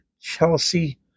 Chelsea